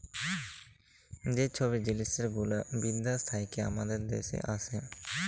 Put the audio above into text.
যে ছব জিলিস গুলা বিদ্যাস থ্যাইকে আমাদের দ্যাশে আসে